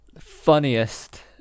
funniest